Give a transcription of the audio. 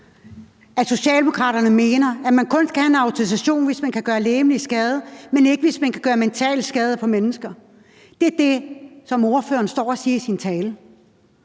at Socialdemokraterne mener, at man kun skal have en autorisation, hvis man kan gøre legemlig skade, men ikke, hvis man kan gøre mental skade på mennesker. Det er det, som ordføreren står og siger i sin tale.